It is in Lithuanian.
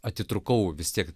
atitrūkau vis tiek